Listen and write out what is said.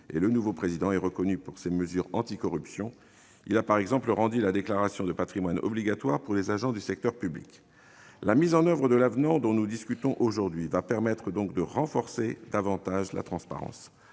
Le nouveau président est reconnu pour ses mesures anticorruption ; il a par exemple rendu la déclaration de patrimoine obligatoire pour les agents du secteur public. La mise en oeuvre de l'avenant dont nous discutons aujourd'hui permettra de renforcer encore la transparence.